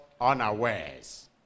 unawares